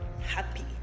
happy